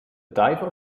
diver